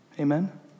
Amen